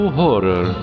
horror